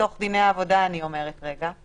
מתוך דיני העבודה אני אומרת רגע.